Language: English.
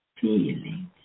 feeling